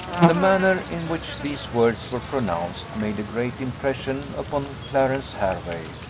the manner in which these words were pronounced made a great impression upon clarence hervey,